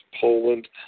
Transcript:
Poland